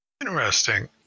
interesting